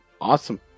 Awesome